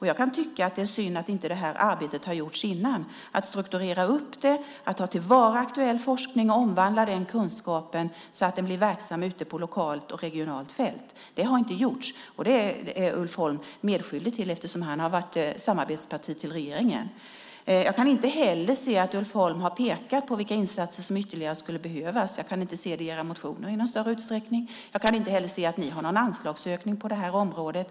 Jag kan tycka att det är synd att det här arbetet inte har gjorts tidigare: att strukturera upp det, att ta till vara aktuell forskning och omvandla den kunskapen så att den blir verksam ute på de lokala och regionala fälten. Det har inte gjorts, och det är Ulf Holm medskyldig till eftersom hans parti har varit ett samarbetsparti till regeringen. Jag kan inte heller se att Ulf Holm har pekat på vilka insatser som ytterligare skulle behövas. Jag kan inte se det i era motioner i någon större utsträckning. Jag kan inte heller se att ni har någon större anslagsöking på det här området.